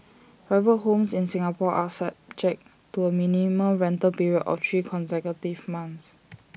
private homes in Singapore are subject to A minimum rental period of three consecutive months